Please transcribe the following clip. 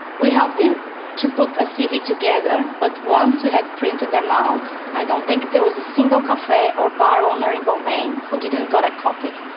we helped him to put a cv together but once we had printed them out, i don't think there was a single cafe or bar owner in balmain who didn't got a copy.